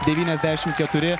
devyniasdešimt keturi